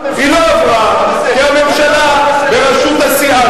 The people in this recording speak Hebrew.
היא לא עברה כי הממשלה בראשות הסיעה